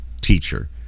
teacher